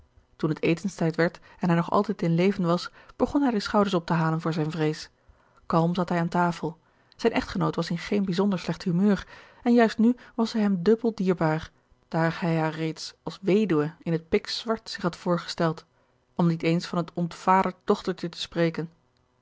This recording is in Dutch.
toen het etenstijd werd en hij nog altijd in leven was begon hij de schouders op te halen voor zijne vrees kalm zat hij aan tafel zijne echtgenoot was in geen bijzonder slecht humeur en juist nu was zij hem dubbel diergeorge een ongeluksvogel baar daar hij haar reeds als weduwe in het pikzwart zich had voorgesteld om niet eens van het ontvaderd dochtertje te spreken